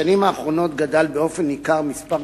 בשנים האחרונות גדל באופן ניכר מספר